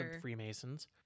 freemasons